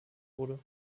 wurde